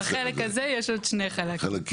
בחלק הזה יש עוד שני חלקים.